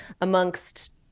amongst